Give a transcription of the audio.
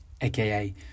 aka